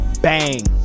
Bang